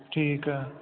ਠੀਕ ਹੈ